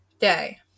Day